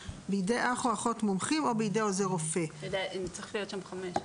בידי אח או אחות מומחים או בידי עוזר רופא" זה צריך להיות שם (5).